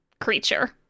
creature